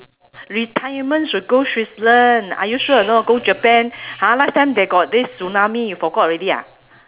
retirement should go switzerland are you sure or not go japan !huh! last time they got this tsunami you forgot already ah